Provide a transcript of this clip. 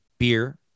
Beer